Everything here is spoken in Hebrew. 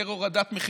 יותר הורדת מחירים,